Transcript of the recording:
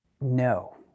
No